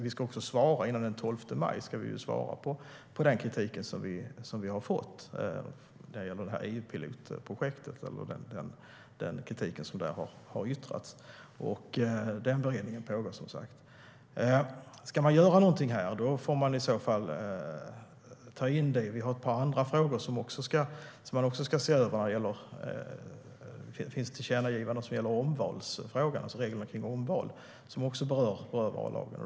Vi ska också svara före den 12 maj på den kritik som vi har fått av EU-pilotprojektet, den kritik som där har yttrats. Den beredningen pågår, som sagt. Ska man göra någonting här får man i så fall ta in det. Vi har ett par andra frågor som man också ska se över. Det finns tillkännagivanden som gäller omvalsfrågan, alltså reglerna kring omval, som också berör våra vallagar.